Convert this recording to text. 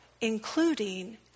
including